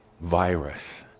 virus